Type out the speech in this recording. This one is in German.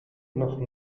noch